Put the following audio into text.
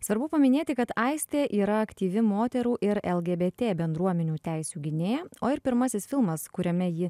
svarbu paminėti kad aistė yra aktyvi moterų ir lgbt bendruomenių teisių gynėja o ir pirmasis filmas kuriame ji